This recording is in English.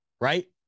right